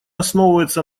основывается